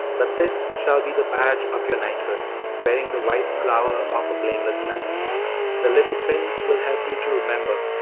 but this shall be the badge of your knighthood wearing the white flower of a blameless life the little pins will help you to remember,